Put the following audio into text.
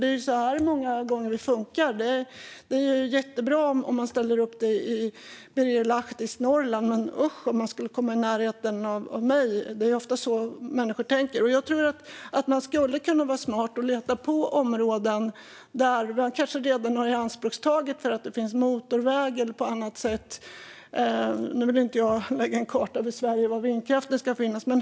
Det är så här det många gånger funkar: Det är jättebra om man ställer upp vindkraftverk i Birger Lahtis Norrland, men usch om man skulle komma i närheten av mig! Det är ofta så människor tänker. Jag vill inte rita en karta över Sverige för var vindkraften ska finnas, men jag tror att man skulle kunna vara smart och leta i områden som redan är ianspråktagna - för motorväg eller på annat sätt.